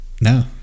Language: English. No